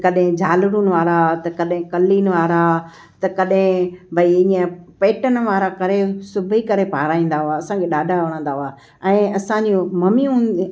कॾहिं झालरुनि वारा त कॾहिं कलीन वारा त कॾहिं भई ईअं पैटन वारा करे सिबी करे पाराईंदा हुआ असांखे ॾाढा वणंदा हुआ ऐं असांजी मम्मियूं